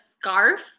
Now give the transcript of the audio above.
scarf